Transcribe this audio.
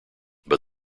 but